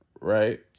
right